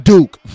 Duke